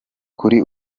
kuri